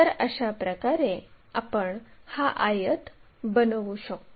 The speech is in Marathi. तर अशा प्रकारे आपण हा आयत बनवू शकतो